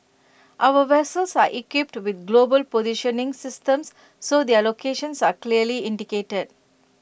our vessels are equipped with global positioning systems so their locations are clearly indicated